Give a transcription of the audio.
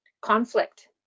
conflict